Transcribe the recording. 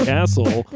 Castle